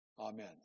Amen